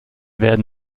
werden